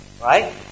Right